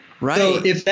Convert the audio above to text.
Right